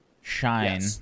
Shine